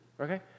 okay